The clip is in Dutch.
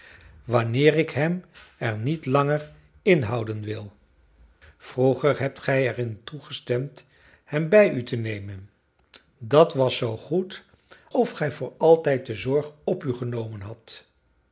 wanneer ik hem er niet langer in houden wil vroeger hebt gij er in toegestemd hem bij u te nemen dat was zoo goed of gij voor altijd de zorg op u genomen hadt